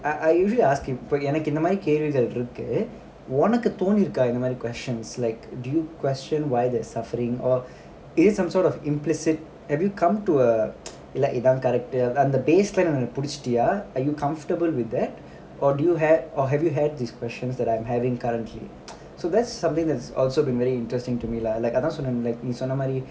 I I usually I'll ask him எனக்குஇந்தமாதிரிகேள்விகள்இருக்குஉனக்குதோணிருக்காஇந்தமாதிரி:enakku intha mathiri kelvigal irukku unakku thoonirukka inthamathiri questions like do question why there's suffering or it's some sort of implicit have you come to a like இதான்:ithan character and the baseline புடிச்சிட்டியா:pudichitdiya are you comfortable with that or do you have or have you had this questions that I'm having currently so there's something there's also been very interesting to me lah like அதான்சொன்னேன்ல:athan sonnenla like நீசொன்னமாதிரி:ni sonna mathiri